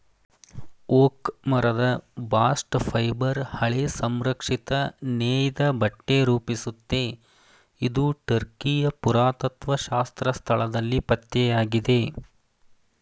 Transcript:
oak ಮರದ bast fibre ಹಳೆ ಸಂರಕ್ಷಿತ ನೇಯ್ದಬಟ್ಟೆ ರೂಪಿಸುತ್ತೆ ಇದು ಟರ್ಕಿಯ ಪುರಾತತ್ತ್ವಶಾಸ್ತ್ರ ಸ್ಥಳದಲ್ಲಿ ಪತ್ತೆಯಾಗಿದೆ